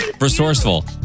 Resourceful